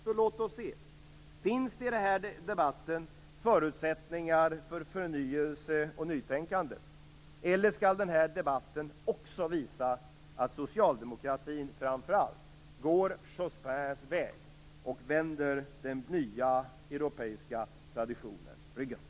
Så låt oss se: Finns det i den här debatten förutsättningar för förnyelse och nytänkande, eller skall den också visa att socialdemokratin framför allt går Jospins väg och vänder den nya europeiska traditionen ryggen?